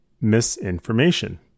misinformation